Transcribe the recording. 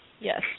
Yes